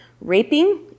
Raping